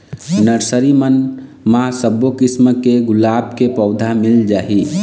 nursery मन म सब्बो किसम के गुलाब के पउधा मिल जाही